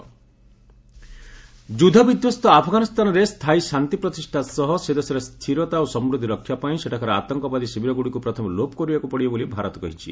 UN India Afghan ଯୁଦ୍ଧବିଧ୍ୱସ୍ତ ଆଫ୍ଗାନୀସ୍ତାନରେ ସ୍ଥାୟୀ ଶାନ୍ତି ପ୍ରତିଷ୍ଠା ସହ ସେ ଦେଶର ସ୍ଥିରତା ଓ ସମୃଦ୍ଧି ରକ୍ଷାପାଇଁ ସେଠାକାର ଆତଙ୍କବାଦୀ ଶିବିରଗୁଡ଼ିକୁ ପ୍ରଥମେ ଲୋପ କରିବାକୃ ପଡ଼ିବ ବୋଲି ଭାରତ କହିଛି